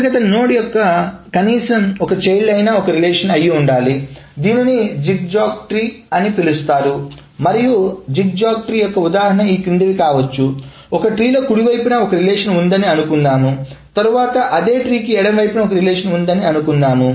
అంతర్గత నోడ్ యొక్క కనీసం ఒక చైల్డ్ అయినా ఒకే రిలేషన్ అయ్యుండాలి దీనిని జిగ్జాగ్ ట్రీ అని పిలుస్తారు మరియు జిగ్జాగ్ ట్రీ యొక్క ఉదాహరణ ఈ క్రిందివి కావచ్చు ఒక ట్రీ లో కుడి వైపున ఒక రిలేషన్ ఉందని అనుకుందాం తరువాత అదే ట్రీ కి ఎడమ వైపున ఒక రిలేషన్ ఉందని అనుకుందాం